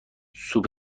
سوپ